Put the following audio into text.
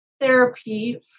therapy